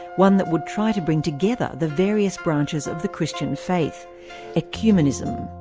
one that would try to bring together the various branches of the christian faith ecumenism.